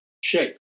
shape